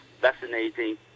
vaccinating